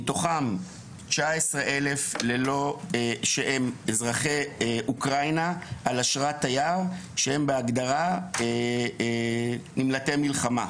מתוכם 19,100 מאוקראינה שהם על אשרת תייר והם בהגדרה נמלטי מלחמה.